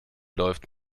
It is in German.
läuft